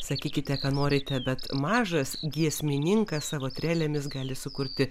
sakykite ką norite bet mažas giesmininkas savo trelėmis gali sukurti